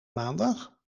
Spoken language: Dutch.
maandag